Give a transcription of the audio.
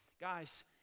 guys